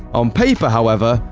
on paper, however,